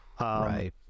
right